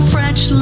French